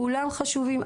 כולם חשובים,